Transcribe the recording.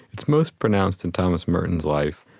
it's most pronounced in thomas merton's life.